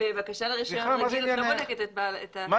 מה זה עניינך היחסים של השוכר עם בעל